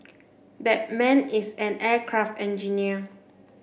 that man is an aircraft engineer